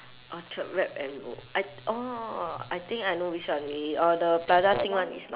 orchard wrap and roll I orh I think I know which one already orh the plaza sing one